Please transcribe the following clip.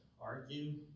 argue